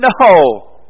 No